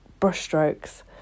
brushstrokes